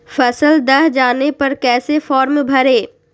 फसल दह जाने पर कैसे फॉर्म भरे?